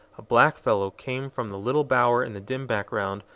a blackfellow came from the little bower in the dim background,